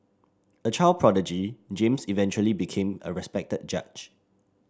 a child prodigy James eventually became a respected judge